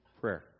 Prayer